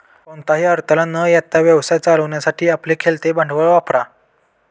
कोणताही अडथळा न येता व्यवसाय चालवण्यासाठी आपले खेळते भांडवल वापरा